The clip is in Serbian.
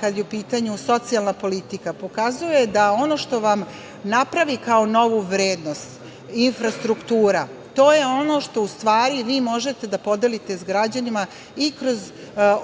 kada je u pitanju socijalna politika, pokazuje da ono što vam napravi kao novu vrednost, infrastruktura, to je ono što u stvari vi možete da podelite sa građanima i kroz